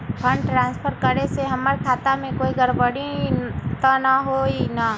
Fund transfer करे से हमर खाता में कोई गड़बड़ी त न होई न?